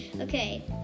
Okay